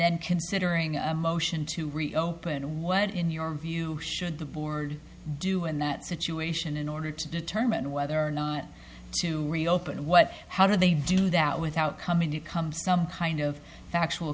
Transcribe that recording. then considering a motion to reopen what in your view should the board do in that situation in order to determine whether or not to reopen what how do they do that without coming to become some kind of actual